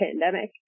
pandemic